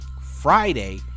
Friday